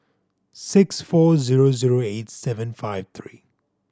six four zero zero eight seven five three